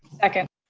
second.